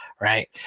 Right